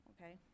Okay